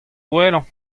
gwellañ